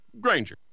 Granger